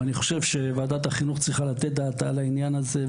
אני חושב שוועדת החינוך צריכה לתת דעתה על העניין הזה,